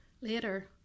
Later